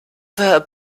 her